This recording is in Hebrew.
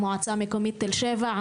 המועצה המקומית תל שבע,